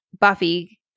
Buffy